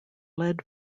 led